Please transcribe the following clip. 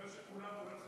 בגלל שכולם אומרים,